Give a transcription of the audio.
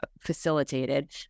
facilitated